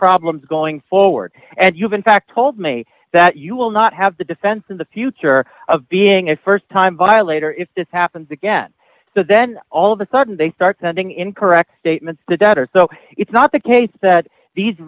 problems going forward and you have in fact told me that you will not have the defense in the future of being a st time violator if this happens again so then all of a sudden they start sending incorrect statements to debtors so it's not the case that these